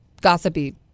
Gossipy